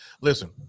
Listen